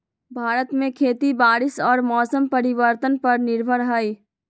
भारत में खेती बारिश और मौसम परिवर्तन पर निर्भर हई